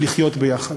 לחיות ביחד.